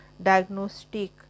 diagnostic